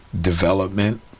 development